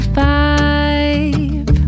five